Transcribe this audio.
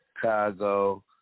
Chicago